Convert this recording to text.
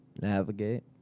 navigate